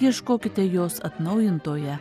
ieškokite jos atnaujintoje